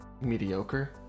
mediocre